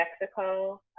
Mexico